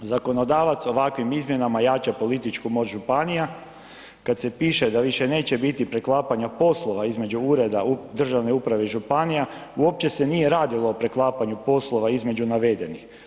Zakonodavac ovakvim izmjenama jača političku moć županija, kad se piše da više neće biti preklapanja poslova između ureda državne uprave i županija, uopće se nije radilo o preklapanju poslova između navedenih.